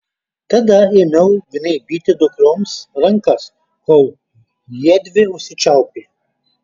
tada ėmiau gnaibyti dukroms rankas kol jiedvi užsičiaupė